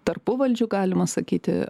tarpuvaldžiu galima sakyti